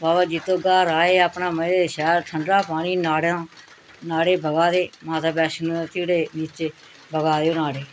बाबा जित्तो ग्हार आए अपना मज़े दे शैल ठंडा पानी नाड़ें दा नाड़े बगा दे माता बैशनो दे चीड़ें बिच्च बगै दे नाड़े